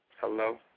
Hello